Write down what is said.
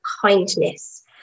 kindness